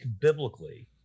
biblically